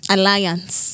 Alliance